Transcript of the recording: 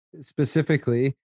specifically